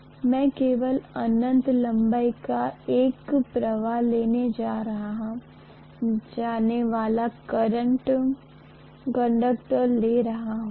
इसलिए मैंने बीच में छोटे छोटे से एयर गैप पेश किये है और अगर मैं इसके चारों ओर वाउंड कर लू तो ये हमें बतायेंगे कि N नंबर के कितने मोड़ हैं और मैं इसके माध्यम से करंट पास करने जा रहा हूं